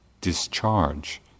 discharge